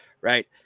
right